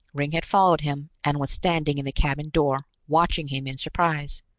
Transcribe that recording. ringg had followed him, and was standing in the cabin door, watching him in surprise.